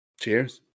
Cheers